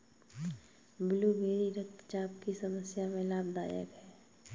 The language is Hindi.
ब्लूबेरी रक्तचाप की समस्या में लाभदायक है